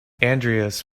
andreas